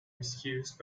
excused